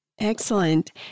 Excellent